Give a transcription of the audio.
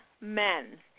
men